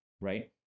right